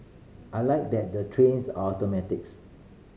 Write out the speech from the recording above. I like that the trains are automatics